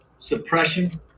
Suppression